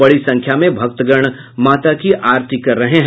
बड़ी संख्या में भक्तगण माता की आरती कर रहे हैं